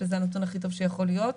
שזה הנתון הכי טוב שיכול להיות.